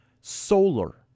Solar